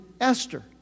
Esther